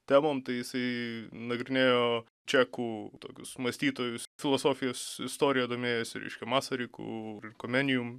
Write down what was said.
temom tai jisai nagrinėjo čekų tokius mąstytojus filosofijos istorija domėjosi reiškia masariku komenijum